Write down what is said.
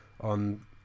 on